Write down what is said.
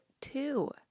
two